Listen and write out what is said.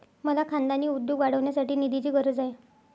मला खानदानी उद्योग वाढवण्यासाठी निधीची गरज आहे